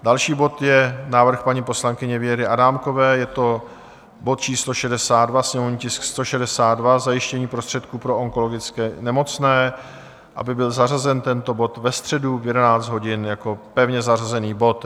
Další bod je návrh paní poslankyně Věry Adámkové, je to bod číslo 62, sněmovní tisk 162 Zajištění prostředků pro onkologicky nemocné, aby byl zařazen tento bod ve středu v 11 hodin jako pevně zařazený bod.